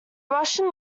russian